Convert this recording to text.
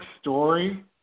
story